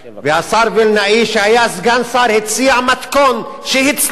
והשר וילנאי, שהיה סגן שר, הציע מתכון שהצליח.